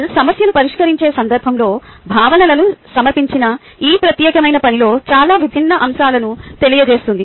PBL సమస్యను పరిష్కరించే సందర్భంలో భావనలను సమర్పించిన ఈ ప్రత్యేకమైన పనిలో చాలా విభిన్న అంశాలను తెలియజేస్తుంది